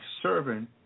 servant